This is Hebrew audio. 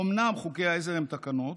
אומנם חוקי העזר הם תקנות,